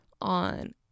on